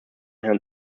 herrn